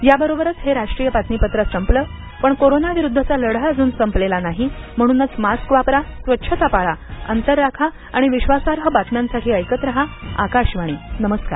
याबरोबरच हे राष्ट्रीय बातमीपत्र संपलं पण कोरोनाविरुद्धचा लढा अजून संपलेला नाही म्हणूनच मास्क वापरा स्वच्छता पाळा अंतर राखा आणि विश्वासार्ह बातम्यांसाठी ऐकत रहा आकाशवाणी नमस्कार